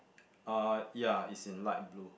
uh ya it's in light blue